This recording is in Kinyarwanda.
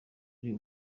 ari